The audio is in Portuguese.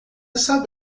sabe